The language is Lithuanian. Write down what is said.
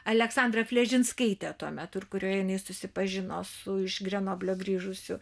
aleksandra fledžinskaitė tuomet ir kurioje jinai susipažino su iš grenoblio grįžusiu